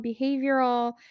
behavioral